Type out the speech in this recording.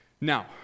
Now